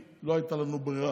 כי לא הייתה לנו ברירה,